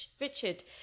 Richard